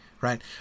right